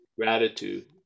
Gratitude